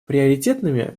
приоритетными